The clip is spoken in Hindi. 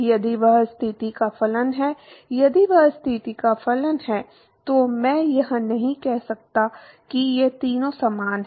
यदि वह स्थिति का फलन है यदि वह स्थिति का फलन है तो मैं यह नहीं कह सकता कि ये तीनों समान हैं